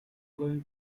going